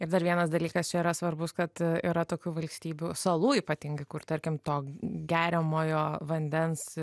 ir dar vienas dalykas čia yra svarbus kad yra tokių valstybių salų ypatingai kur tarkim to geriamojo vandens